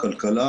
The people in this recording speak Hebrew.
הכלכלה